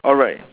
alright